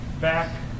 back